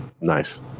Nice